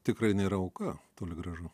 tikrai nėra auka toli gražu